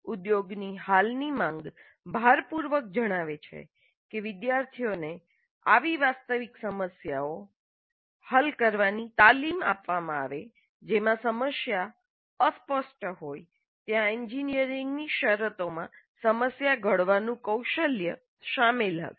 ઉદ્યોગની હાલની માંગ ભારપૂર્વક જણાવે છે કે વિદ્યાર્થીઓને આવી વાસ્તવિક સમસ્યાઓ હલ કરવાની તાલીમ આપવામાં આવે જેમાં સમસ્યા અસ્પષ્ટ હોય ત્યાં એન્જીનિયરિંગની શરતોમાં સમસ્યા ઘડવાનું કૌશલ્ય શામેલ હશે